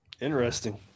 Interesting